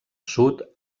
sud